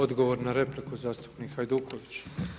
Odgovor na repliku zastupnik Hajduković.